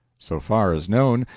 so far as known,